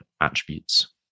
attributes